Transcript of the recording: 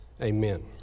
amen